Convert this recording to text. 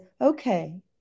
okay